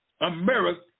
America